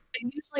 Usually